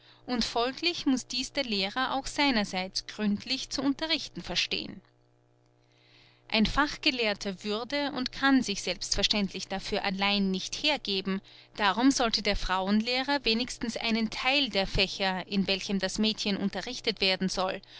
und folglich muß dies der lehrer auch seinerseits gründlich zu unterrichten verstehen ein fachgelehrter würde und kann sich selbstverständlich dafür allein nicht hergeben darum sollte der frauenlehrer wenigstens einen theil der fächer in welchem das mädchen unterrichtet werden soll